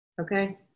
okay